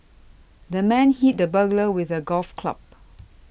the man hit the burglar with a golf club